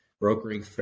brokering